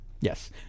Yes